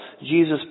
Jesus